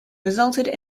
resulted